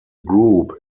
group